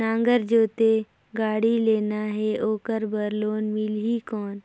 नागर जोते गाड़ी लेना हे ओकर बार लोन मिलही कौन?